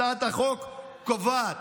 הצעת החוק קובעת